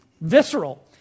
visceral